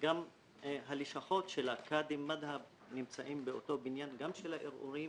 וגם הלשכות של הקאדי מד'הב נמצאות גם באותו בניין גם של הערעורים